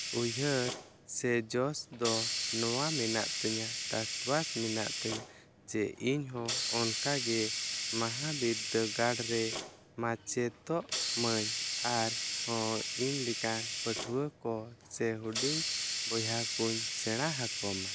ᱩᱭᱦᱟᱹᱨ ᱥᱮ ᱡᱚᱥ ᱫᱚ ᱱᱚᱣᱟ ᱢᱮᱱᱟᱜ ᱛᱤᱧᱟᱹ ᱴᱟᱴᱚᱣᱟᱥ ᱢᱮᱱᱟᱜ ᱛᱤᱧᱟᱹ ᱡᱮ ᱤᱧ ᱦᱚᱸ ᱚᱱᱠᱟ ᱜᱮ ᱢᱟᱦᱟ ᱵᱤᱫᱽᱫᱟᱹᱜᱟᱲ ᱨᱮ ᱢᱟᱪᱮᱛᱚᱜ ᱢᱟᱹᱧ ᱟᱨ ᱦᱚᱸ ᱤᱧ ᱞᱮᱠᱟ ᱯᱟᱹᱴᱷᱩᱣᱟᱹ ᱠᱚ ᱥᱮ ᱦᱩᱰᱤᱧ ᱵᱚᱭᱦᱟ ᱠᱚᱧ ᱥᱮᱬᱟ ᱟᱠᱚᱢᱟ